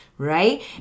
right